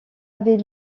avait